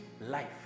life